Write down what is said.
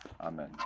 Amen